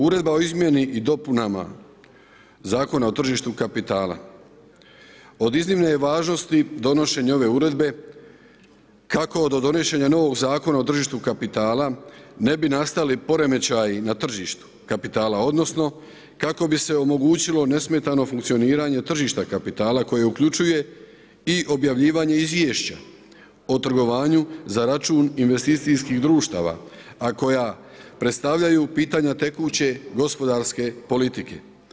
Uredba o izmjeni i dopunama Zakona o tržištu kapitala, od iznimne je važnosti donošenje ove uredbe kako od donošenja novog Zakona o tržištu kapitala ne bi nastali poremećaji na tržištu kapitala odnosno kako bi se omogućilo nesmetano funkcioniranje tržišta kapitala koje uključuje i objavljivanje izvješća o trgovanju za račun investicijskih društava, a koja predstavljaju pitanja tekuće gospodarske politike.